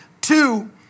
Two